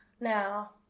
now